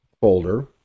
folder